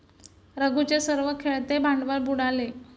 रघूचे सर्व खेळते भांडवल बुडाले